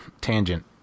tangent